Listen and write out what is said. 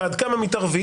ועד כמה מתערבים,